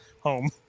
home